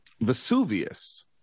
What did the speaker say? Vesuvius